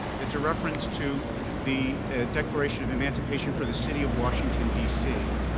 it's a reference to the declaration of emancipation for the city of washington, d c.